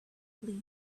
fleas